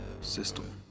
system